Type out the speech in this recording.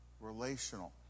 relational